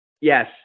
Yes